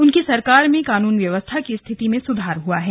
उनकी सरकार में कानून व्यवस्था की स्थिति में सुधार हुआ है